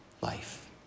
life